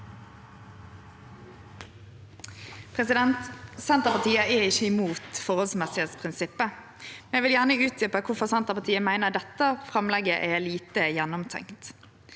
Senter- partiet er ikkje imot forholdsmessigprinsippet. Eg vil gjerne utdjupe kvifor Senterpartiet meiner dette framlegget er lite gjennomtenkt.